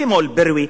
כמו אל-ברווי,